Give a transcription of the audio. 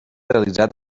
realitzat